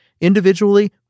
Individually